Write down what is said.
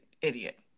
idiot